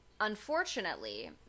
Unfortunately